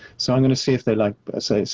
so i'm going to see if they, like i say,